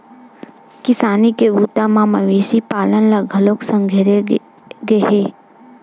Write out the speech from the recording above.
किसानी के बूता म मवेशी पालन ल घलोक संघेरे गे हे